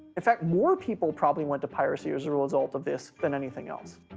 in fact, more people probably went to piracy as a result of this than anything else.